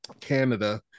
canada